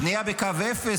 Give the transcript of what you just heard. בנייה בקו אפס.